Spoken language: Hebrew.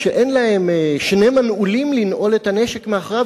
כשאין להם שני מנעולים לנעול את הנשק מאחוריו,